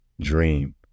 dream